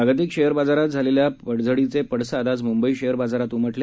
जागतिक शेअर बाजारामधे झालेल्या पडझडीचे पडसाद आज मुंबई शेअर बाजारात उमटले